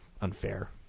unfair